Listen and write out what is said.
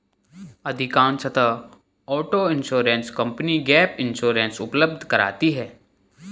अधिकांशतः auto insurance company gap insurance उपलब्ध कराती है